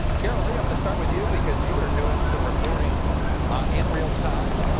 carol lee, i'm going to start with you because you are doing some reporting in real time.